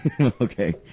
okay